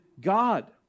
God